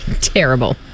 Terrible